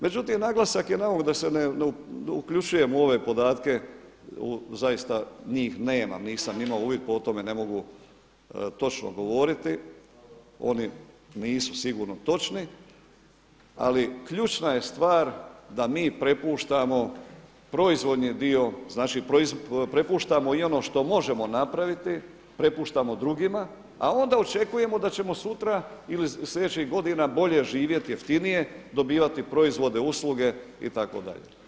Međutim naglasak je na ovo da se ne uključujem u ove podatke, zaista njih nemam nisam imao uvid pa o tome ne mogu točno govoriti, oni nisu sigurno točni, ali ključna je stvar da mi prepuštamo proizvodni dio, prepuštamo i ono što možemo napraviti, prepuštamo drugima, a onda očekujemo da ćemo sutra ili sljedećih godina bolje živjeti, jeftinije dobivati proizvode, usluge itd.